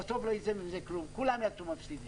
בסוף לא יצא מזה כלום, כולם יצאו מפסידים.